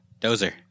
Dozer